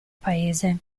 paese